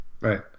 right